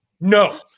No